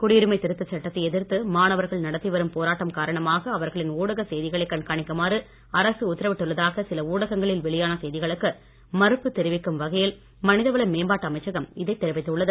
குடியுரிமை திருத்தச் சட்டத்தை எதிர்த்து மாணவர்கள் நடத்தி வரும் போராட்டம் காரணமாக அவர்களின் ஊடகச் செய்திகளை கண்காணிக்குமாறு அரசு உத்தரவிட்டுள்ளதாக சில ஊடகங்களில் வெளியான செய்திகளுக்கு மறுப்பு தெரிவிக்கும் வகையில் மனிதவள மேம்பாட்டு அமைச்சகம் இதை தெரிவித்துள்ளது